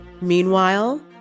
Meanwhile